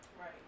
Right